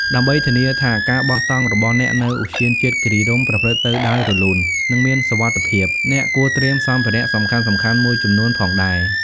ដើម្បីធានាថាការបោះតង់របស់អ្នកនៅឧទ្យានជាតិគិរីរម្យប្រព្រឹត្តទៅដោយរលូន និងមានសុវត្ថិភាព អ្នកគួរត្រៀមសម្ភារៈសំខាន់ៗមួយចំនួនផងដែរ។